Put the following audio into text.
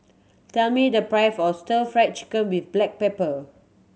tell me the price of Stir Fried Chicken with black pepper